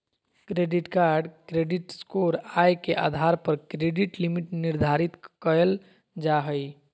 credit card credit score, आय के आधार पर क्रेडिट लिमिट निर्धारित कयल जा हइ